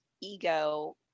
ego